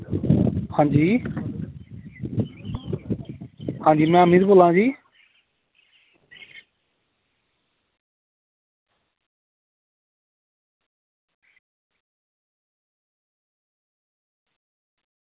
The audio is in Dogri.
हां जी हां जी में अमित बोला ना जी